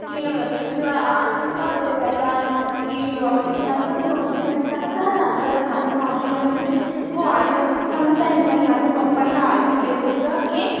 की तुम्ही आजच का घरी जाता की तुम्ही आता दोन तीन दिवसानं जा ना तर माझी मावशी म्हणत होती हो आम्ही असंच म्हणत आहे पण माझ्या पप्पांना ऐकू गेलं होतं की